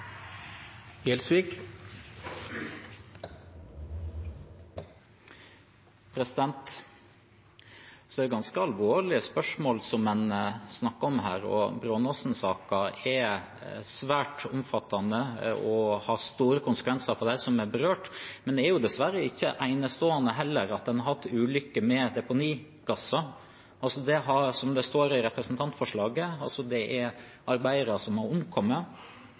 ganske alvorlige spørsmål en snakker om her. Brånåsen-saken er svært omfattende og har store konsekvenser for dem som er berørt. Men det er dessverre heller ikke enestående at en har hatt ulykker med deponigasser. Som det står i representantforslaget, har arbeidere omkommet, unger har blitt brannskadet, og på Brånåsen tok det fyr i en bygning som følge av deponigass. Det